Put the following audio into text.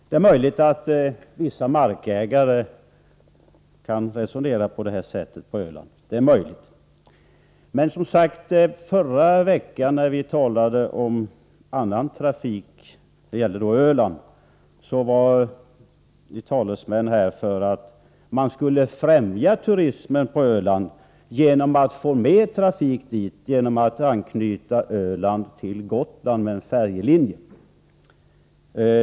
Det är möjligt att vissa markägare på Öland kan resonera på detta sätt. Men förra veckan talade vi om annan trafik. Det gällde Öland då också. Då ville moderaternas talesman främja turismen och få mer trafik till Öland genom att anknyta Öland till Gotland med en färjelinje.